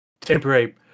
temporary